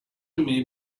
may